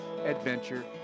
adventure